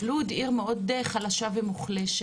לוד, עיר, עיר מאוד חלשה ומוחלשת.